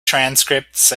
transcripts